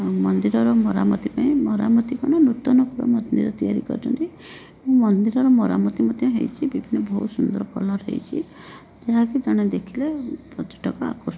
ଆଉ ମନ୍ଦିରର ମରାମତି ପାଇଁ ମରାମତି କ'ଣ ନୂତନ କରି ମନ୍ଦିର ତିଆରି କରିଛନ୍ତି ମନ୍ଦିରର ମରାମତି ମଧ୍ୟ ହେଇଛି ବିଭିନ୍ନ ବହୁତ ସୁନ୍ଦର କଲର୍ ହେଇଛି ଯାହାକି ଜଣେ ଦେଖିଲେ ପର୍ଯ୍ୟଟକ ଆକୃଷ୍ଟ ହବ